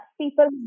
people